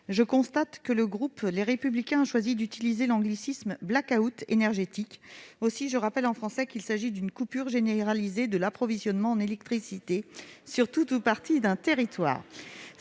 Je constate que le groupe Les Républicains a choisi d'utiliser l'anglicisme « blackout » énergétique. Aussi, je rappelle que, en français, il s'agit d'une coupure généralisée de l'approvisionnement en électricité sur tout ou partie d'un territoire.